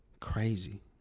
Crazy